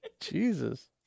Jesus